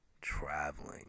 traveling